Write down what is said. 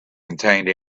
contained